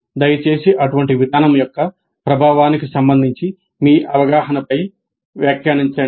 దయచేసి అటువంటి విధానం యొక్క ప్రభావానికి సంబంధించి మీ అవగాహనపై వ్యాఖ్యానించండి